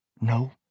No